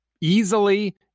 easily